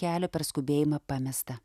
kelio per skubėjimą pamestą